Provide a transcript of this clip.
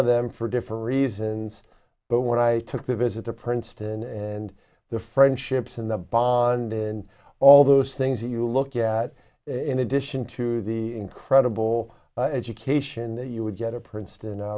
of them for different reasons but when i took the visit to princeton and the friendships and the bond in all those things that you look at in addition to the incredible education that you would get a princeton